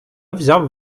взяв